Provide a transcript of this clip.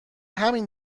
همین